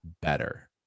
better